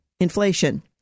Inflation